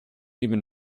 even